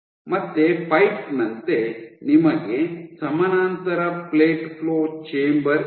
ಮತ್ತೆ ಪೈಪ್ ನಂತೆ ನಿಮಗೆ ಸಮಾನಾಂತರ ಪ್ಲೇಟ್ ಫ್ಲೋ ಚೇಂಬರ್ ಇದೆ